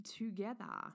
together